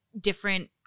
different